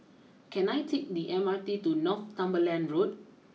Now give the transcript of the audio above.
can I take the M R T to Northumberland Road